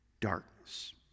darkness